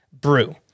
brew